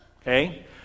Okay